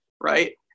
right